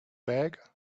bag